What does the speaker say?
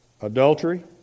adultery